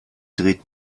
dreht